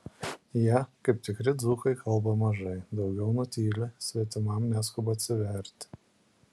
jie kaip tikri dzūkai kalba mažai daugiau nutyli svetimam neskuba atsiverti